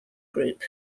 group